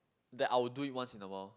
that I will do it once in a while